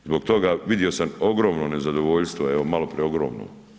Zbog toga vidio sam ogromno nezadovoljstvo, evo malo preogromno.